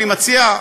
אני מציע,